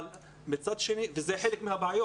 וזה חלק מהבעיות.